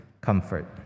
comfort